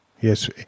yes